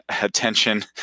attention